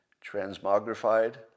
transmogrified